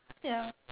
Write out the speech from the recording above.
ya